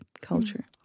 culture